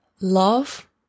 love